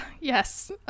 Yes